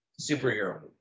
superhero